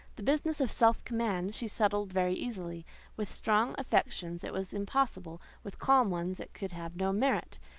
the business of self-command she settled very easily with strong affections it was impossible, with calm ones it could have no merit.